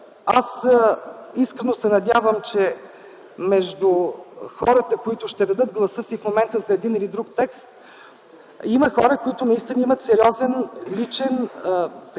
аз искрено се надявам, че ще между хората, които ще дадат гласа си в момента за един или друг текст, то има хора, които наистина имат сериозен личен,